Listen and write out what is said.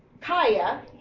kaya